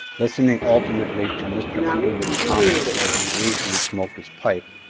listening alternately to mr. underwood's comments as he leisurely smoked his pipe,